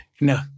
no